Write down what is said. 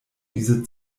diese